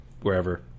wherever